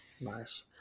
Nice